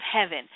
heaven